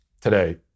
today